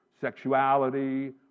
sexuality